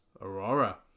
aurora